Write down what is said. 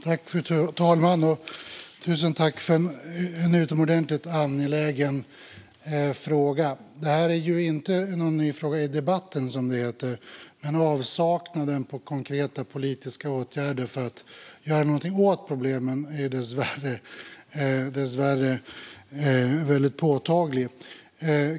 Fru talman! Jag tackar Katja Nyberg för en utomordentligt angelägen fråga. Detta är ingen ny fråga i debatten, men avsaknaden av konkreta politiska åtgärder för att göra något åt problemen är dessvärre påtaglig.